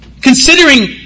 considering